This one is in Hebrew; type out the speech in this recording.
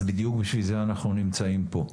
אז בדיוק בשביל זה אנחנו נמצאים פה.